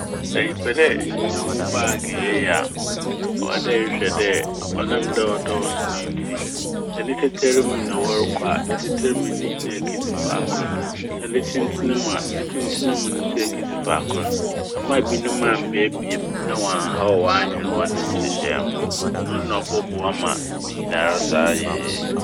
Sɛ epɛ dɛ ehyehyɛ wo baage yie a ɔwɔ dɛ ehwɛ dɛ ɔnam dɛ ɔdɔɔso ne ntsi sɛ ne tatarmu na wɔrokɔ a ne tatarmu ne nyinaa so ekedzi fakor. Sɛ ne tsentsenmu a ne tsentsenmu so ekedzi fakor amma wɔammbeabea mu na wɔannhaw w'adwen wɔ ne nhyehyɛe ho. Ɔno na ɔbɔboa ma ne nyinaa so ayɛ yie.